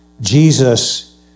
Jesus